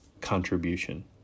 contribution